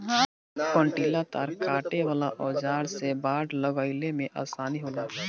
कंटीला तार काटे वाला औज़ार से बाड़ लगईले में आसानी होला